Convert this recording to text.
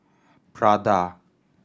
Prada